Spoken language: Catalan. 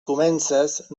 comences